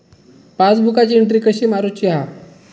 पासबुकाची एन्ट्री कशी मारुची हा?